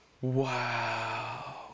Wow